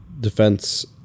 defense